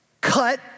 cut